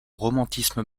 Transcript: romantisme